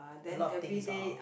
a lot of things ah